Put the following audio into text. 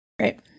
Right